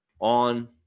on